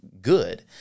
good